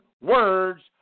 words